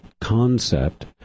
concept